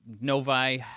novi